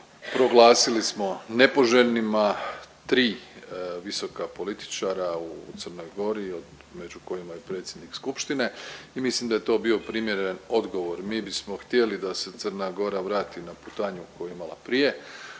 proglasili smo nepoželjnima 3 visoka političara u Crnoj Gori od, među kojima i predsjednik skupštine i mislim da je to bio primjeren odgovor. Mi bismo htjeli da se Crna Gora vrati na putanju koja je imala prije,